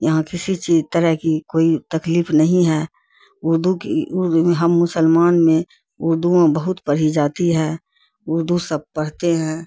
یہاں کسی چیز طرح کی کوئی تکلیف نہیں ہے اردو کی ہم مسلمان میں اردو بہت پڑھی جاتی ہے اردو سب پڑھتے ہیں